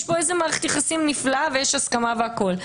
יש פה מערכת יחסים נפלאה ויש הסכמה והכול.